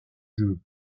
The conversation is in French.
jeu